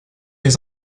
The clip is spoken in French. les